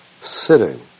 sitting